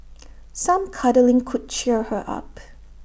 some cuddling could cheer her up